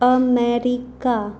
America